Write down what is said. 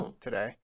today